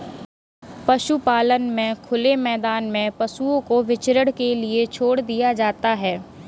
पशुपालन में खुले मैदान में पशुओं को विचरण के लिए छोड़ दिया जाता है